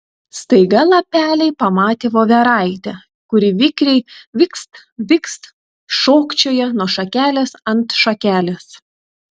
staiga lapeliai pamatė voveraitę kuri vikriai vikst vikst šokčioja nuo šakelės ant šakelės